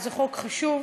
זה חוק חשוב.